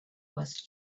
was